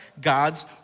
God's